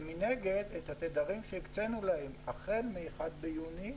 ומנגד, את התדרים שהקצינו להם החל מה-1 ביוני,